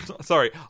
Sorry